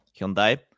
Hyundai